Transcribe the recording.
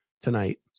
tonight